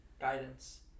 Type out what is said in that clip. guidance